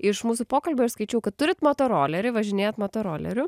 iš mūsų pokalbio išskaičiau kad turit motorolerį važinėjat motoroleriu